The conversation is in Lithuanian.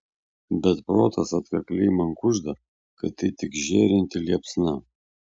bet protas atkakliai man kužda kad tai tik žėrinti liepsna